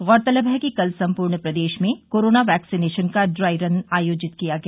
गौरतलब है कि कल सम्पूर्ण प्रदेश में कोरोना वैक्सिनेशन का ड्राई रन आयोजित किया गया